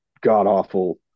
god-awful